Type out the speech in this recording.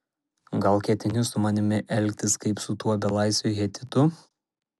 gal ketini su manimi elgtis kaip su tuo belaisviu hetitu